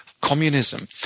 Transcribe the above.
communism